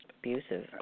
abusive